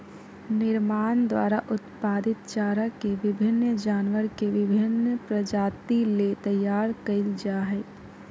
निर्माण द्वारा उत्पादित चारा के विभिन्न जानवर के विभिन्न प्रजाति ले तैयार कइल जा हइ